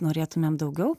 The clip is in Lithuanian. norėtumėm daugiau